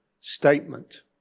statement